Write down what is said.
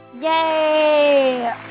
Yay